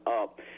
up